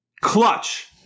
Clutch